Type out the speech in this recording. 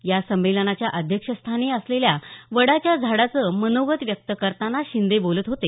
या संमेलनाच्या अध्यक्षस्थानी असलेल्या वडाच्या झाडाचं मनोगत व्यक्त करताना शिंदे बोलत होते